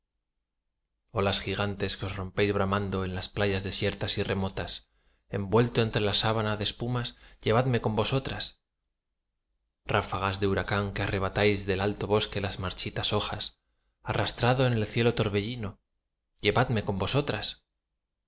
que os rompéis bramando en las playas desiertas y remotas envuelto entre la sábana de espumas llevadme con vosotras ráfagas de huracán que arrebatáis del alto bosque las marchitas hojas arrastrado en el ciego torbellino llevadme con vosotras